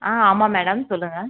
ஆ ஆமாம் மேடம் சொல்லுங்கள்